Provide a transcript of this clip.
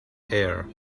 heir